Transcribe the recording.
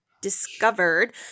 discovered